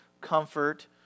comfort